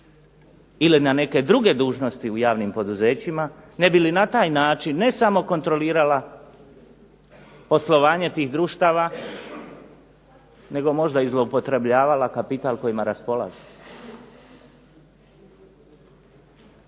ili na neke druge dužnosti u javnim poduzećima ne bi li na taj način ne samo kontrolirala poslovanje tih društava nego možda i zloupotrebljavala kapital kojima raspolažu.